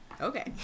okay